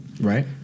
Right